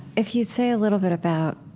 if you'd say a little bit about